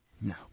no